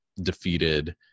defeated